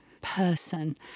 person